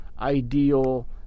ideal